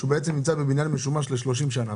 כאשר הוא בעצם נמצא בבניין משומש ל-30 שנים.